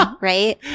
right